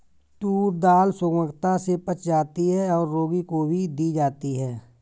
tour दाल सुगमता से पच जाती है और रोगी को भी दी जाती है